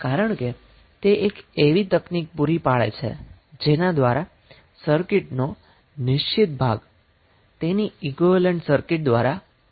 કારણ કે તે એક તેવી તકનીક પૂરી પાડે છે જેના દ્વારા સર્કિટનો નિશ્ચિત ભાગ તેની ઈક્વીવેલેન્ટ સર્કિટ દ્વારા બદલવામાં આવે છે